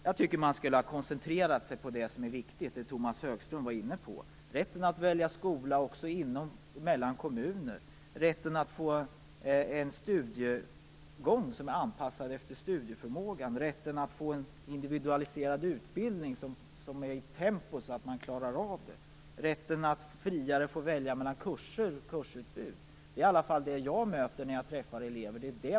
Jag tycker att man skulle ha koncentrerat sig på det som är viktigt och som Tomas Högström var inne på: rätten att välja skola också inom och mellan kommuner, rätten att få en studiegång som är anpassad efter studieförmågan, rätten att få en individualiserad utbildning i ett tempo som man klarar och rätten att friare få välja i ett kursutbud. Detta är i alla fall det som jag möter när jag träffar elever.